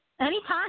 anytime